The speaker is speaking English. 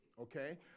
Okay